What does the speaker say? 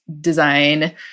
design